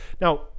Now